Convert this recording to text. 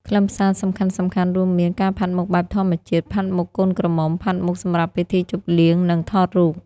ខ្លឹមសារសំខាន់ៗរួមមាន ការផាត់មុខបែបធម្មជាតិ ផាត់មុខកូនក្រមុំ ផាត់មុខសម្រាប់ពិធីជប់លៀង និងថតរូប។